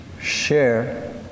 share